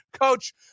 coach